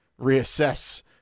reassess